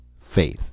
faith